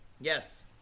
Yes